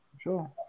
sure